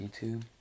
YouTube